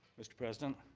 mr. president.